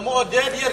זה מעודד ירידה מהארץ.